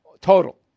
Total